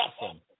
awesome